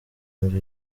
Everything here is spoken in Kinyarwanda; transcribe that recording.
nzu